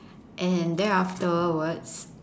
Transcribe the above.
and there afterwards